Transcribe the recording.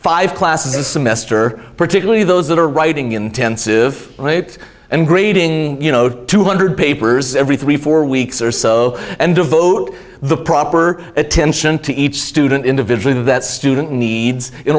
five classes a semester particularly those that are writing intensive and grading you know two hundred papers every three four weeks or so and devote the proper attention to each student individually that student needs in